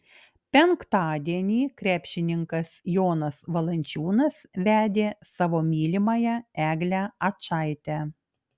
penktadienį krepšininkas jonas valančiūnas vedė savo mylimąją eglę ačaitę